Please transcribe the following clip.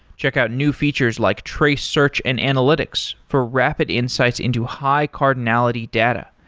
check out new features like trace search and analytics for rapid insights into high cardinality data,